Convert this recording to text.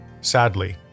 Sadly